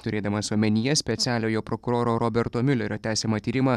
turėdamas omenyje specialiojo prokuroro roberto milerio tęsiamą tyrimą